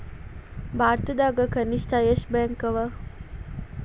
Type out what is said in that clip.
ಭಾರತದಾಗ ಕನಿಷ್ಠ ಎಷ್ಟ್ ಬ್ಯಾಂಕ್ ಅವ?